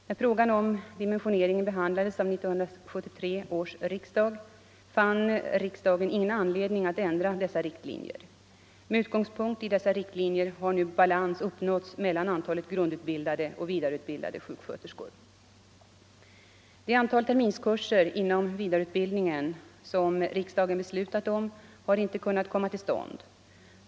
När frågan om dimen I sioneringen behandlades av 1973 års riksdag fann riksdagen ingen anledning att ändra = bildning av dessa riktlinjer. Med utgångspunkt i dessa riktlinjer har nu balans upp = sjuksköterskor nåtts mellan antalet grundutbildade och vidareutbildade sjuksköterskor. Det antal terminskurser inom vidareutbildningen som riksdagen beslutat om har inte kunnat komma till stånd.